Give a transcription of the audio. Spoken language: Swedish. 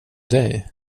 dig